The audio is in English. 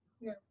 No